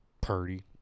Purdy